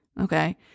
Okay